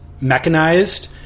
mechanized